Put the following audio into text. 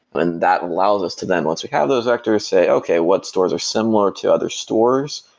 and that allows us to then, once we have those vectors say, okay, what stores are similar to other stores?